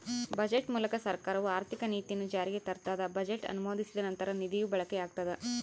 budget ಮೂಲಕ ಸರ್ಕಾರವು ಆರ್ಥಿಕ ನೀತಿಯನ್ನು ಜಾರಿಗೆ ತರ್ತದ ಬಜೆಟ್ ಅನುಮೋದಿಸಿದ ನಂತರ ನಿಧಿಯ ಬಳಕೆಯಾಗ್ತದ